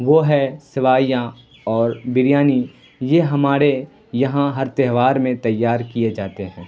وہ ہے سوئیاں اور بریانی یہ ہمارے یہاں ہر تہوار میں تیار کیے جاتے ہیں